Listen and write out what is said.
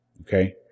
Okay